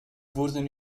wurden